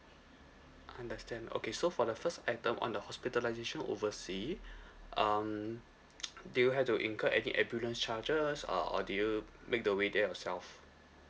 understand okay so for the first item on the hospitalisation oversea um did you have to incur any ambulance charges uh or did you make the way there yourself